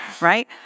right